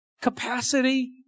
capacity